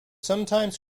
sometimes